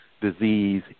disease